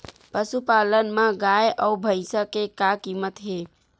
पशुपालन मा गाय अउ भंइसा के का कीमत हे?